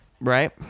Right